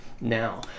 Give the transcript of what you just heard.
Now